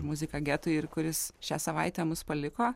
muziką getui ir kuris šią savaitę mus paliko